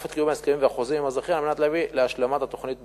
את קיום ההסכמים והחוזים עם הזכיין על מנת להביא להשלמת התוכנית במהרה.